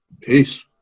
Peace